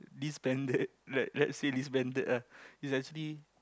disbanded let let's say disbanded ah it's actually